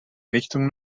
richtung